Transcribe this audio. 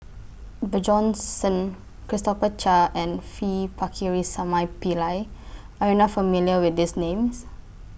Bjorn Shen Christopher Chia and V Pakirisamy Pillai Are YOU not familiar with These Names